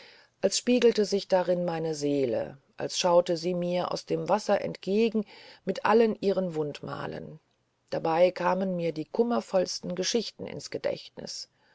als spiegelte sich darin meine seele als schaute sie mir aus dem wasser entgegen mit allen ihren wundenmalen dabei kamen mir die kummervollsten geschichten ins gedächtnis